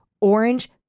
orange